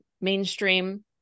mainstream